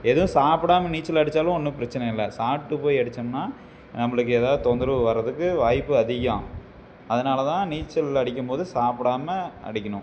எதுவும் சாப்பிடாம நீச்சல் அடிச்சாலும் ஒன்றும் பிரச்சனை இல்லை சாப்பிட்டு போய் அடிச்சம்னால் நம்மளுக்கு ஏதாவது தொந்தரவு வரதுக்கு வாய்ப்பு அதிகம் அதனால தான் நீச்சல் அடிக்கும்போது சாப்பிடாம அடிக்கணும்